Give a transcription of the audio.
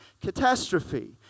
catastrophe